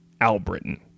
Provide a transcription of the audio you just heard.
Albritton